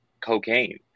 cocaine